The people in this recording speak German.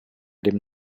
dem